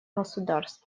государств